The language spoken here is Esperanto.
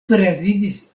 prezidis